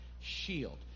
shield